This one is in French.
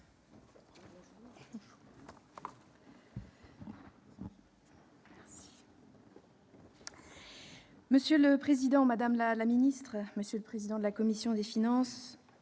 Monsieur le président, madame la ministre, monsieur le président de la commission, madame,